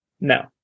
No